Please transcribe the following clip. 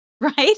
Right